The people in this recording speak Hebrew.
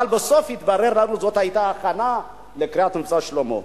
אבל בסוף התברר לנו שזאת היתה הכנה לקראת "מבצע שלמה".